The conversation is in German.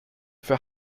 für